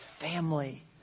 family